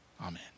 Amen